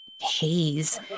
haze